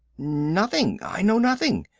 nothing i know nothing.